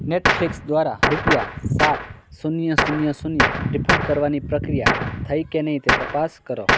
Netflix દ્વારા રૂપિયા સાત શૂન્ય શૂન્ય શૂન્ય રીફંડ કરવાની પ્રક્રિયા થઈ કે નહીં તે તપાસ કરો